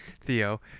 Theo